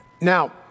Now